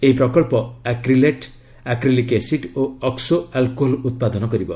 ଏହି ପ୍ରକଳ୍ପ acrylate acrylic acid ଓ ଅକ୍ନୋ ଆଲକୋହଲ୍ ଉତ୍ପାଦନ କରିବ